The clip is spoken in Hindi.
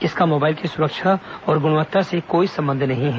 इसका मोबाइल की सुरक्षा और गृणवत्ता से कोई सम्बन्ध नहीं है